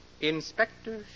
Inspector